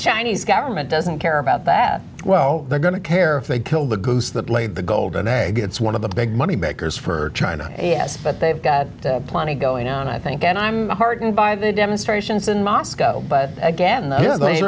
chinese government doesn't care about that well they're going to care if they kill the goose that laid the golden egg it's one of the big money makers for china yes but they've got plenty going on i think and i'm heartened by the demonstrations in moscow but again th